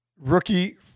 rookie